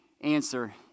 answer